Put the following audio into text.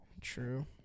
True